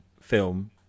film